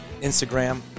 Instagram